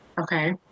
okay